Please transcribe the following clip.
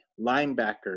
linebacker